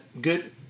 good